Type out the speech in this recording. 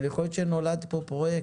אבל יכול להיות שנולד פה פרויקט